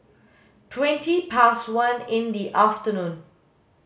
twenty past one in the afternoon